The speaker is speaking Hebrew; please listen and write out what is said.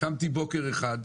קמתי בוקר אחד,